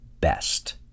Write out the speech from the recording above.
best